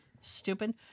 Stupid